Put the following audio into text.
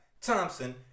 Thompson